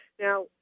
Now